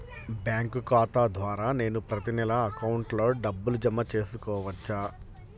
Bank ఖాతా ద్వారా నేను ప్రతి నెల అకౌంట్లో డబ్బులు జమ చేసుకోవచ్చా?